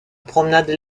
promenade